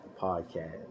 Podcast